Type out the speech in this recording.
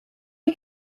you